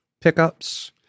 pickups